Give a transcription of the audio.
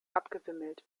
abgewimmelt